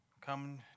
come